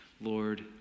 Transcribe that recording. Lord